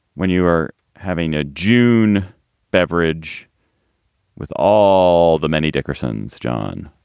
when you are having a june beverage with all the many dickersons, john,